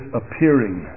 appearing